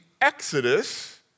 Exodus